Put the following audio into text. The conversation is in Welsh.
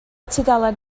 tudalen